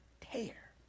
Tear